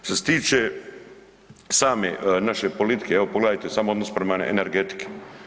Što se tiče same naše politike, evo pogledajte samo odnos prema energetiki.